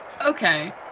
Okay